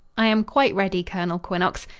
i am quite ready, colonel quinnox.